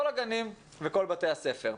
כל הגנים וכל בתי הספר.